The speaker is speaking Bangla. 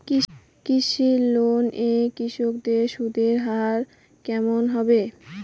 কৃষি লোন এ কৃষকদের সুদের হার কেমন হবে?